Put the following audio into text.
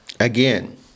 Again